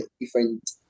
different